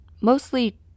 mostly